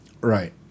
Right